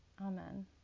Amen